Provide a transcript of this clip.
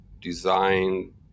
design